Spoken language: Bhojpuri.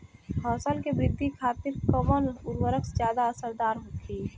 फसल के वृद्धि खातिन कवन उर्वरक ज्यादा असरदार होखि?